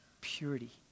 purity